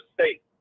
state